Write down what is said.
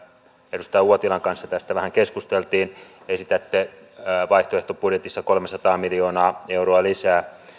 edustaja uotilan kanssa tästä vähän keskustelimme esitätte vaihtoehtobudjetissa kolmesataa miljoonaa euroa lisää